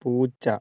പൂച്ച